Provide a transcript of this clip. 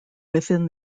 within